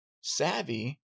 savvy